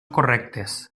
correctes